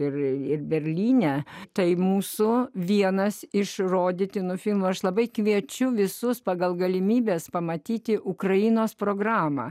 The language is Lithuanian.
ir berlyne tai mūsų vienas iš rodytinu filmų aš labai kviečiu visus pagal galimybes pamatyti ukrainos programą